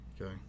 Okay